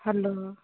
hello